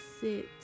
sit